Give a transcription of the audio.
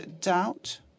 doubt